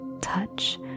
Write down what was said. touch